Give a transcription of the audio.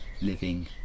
living